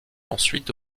ensuite